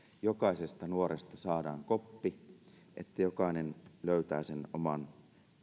jokaisesta nuoresta saadaan koppi että jokainen löytää sen oman